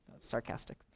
Sarcastic